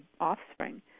offspring